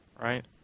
Right